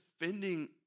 defending